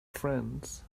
friends